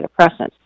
antidepressants